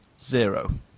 zero